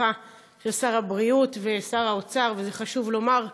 בתמיכה של שר הבריאות ושר האוצר, וזה חשוב לומר,